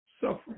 suffering